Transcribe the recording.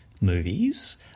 movies